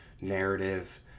narrative